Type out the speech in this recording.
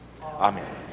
Amen